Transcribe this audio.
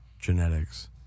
genetics